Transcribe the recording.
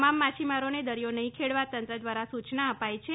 તમામ માછીમારોને દરીયો નહી ખેડવા તંત્ર દવારા સૂચના અપાઇ છે